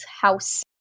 house